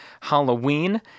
Halloween